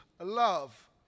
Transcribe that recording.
love